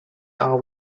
are